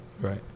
Right